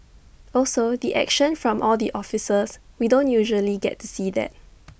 also the action from all the officers we don't usually get to see that